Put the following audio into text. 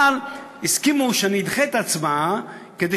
אבל הסכימו שאני אדחה את ההצבעה כדי